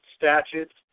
Statutes